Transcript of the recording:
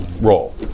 roll